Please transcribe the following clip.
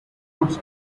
roads